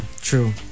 true